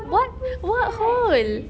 what what hole